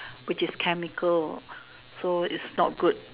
which is chemical so is not good